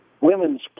Women's